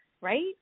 Right